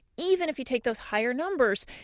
even if you take those higher numbers,